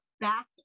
back